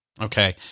Okay